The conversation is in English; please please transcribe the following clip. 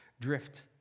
drift